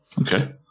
okay